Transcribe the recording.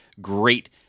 great